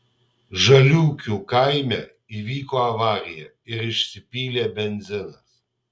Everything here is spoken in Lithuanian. žaliūkių kaime įvyko avarija ir išsipylė benzinas